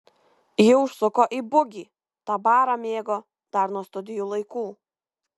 ji užsuko į bugį tą barą mėgo dar nuo studijų laikų